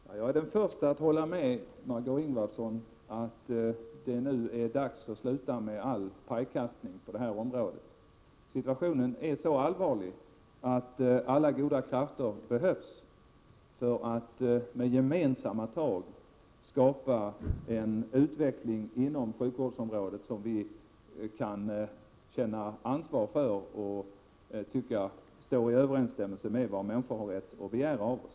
Herr talman! Jag är den förste att hålla med Margö Ingvardsson om att det nu är dags att sluta med all pajkastning på det här området. Situationen är så allvarlig att alla goda krafter behövs för att med gemensamma tag skapa en utveckling inom sjukvårdsområdet som vi kan känna ansvar för och tycka stå i överensstämmelse med vad människor har rätt att begära av oss.